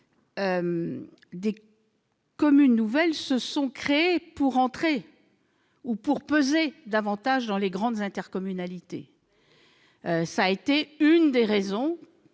des communes nouvelles se sont naturellement créées pour entrer ou pour peser davantage dans les grandes intercommunalités. Cela a été l'une des raisons